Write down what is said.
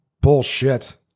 Bullshit